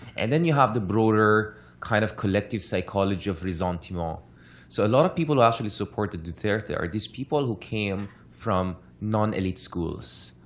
and then you have the broader kind of collective psychology of ressentiment. um um so a lot of people who actually support duterte are these people who came from non-elite schools.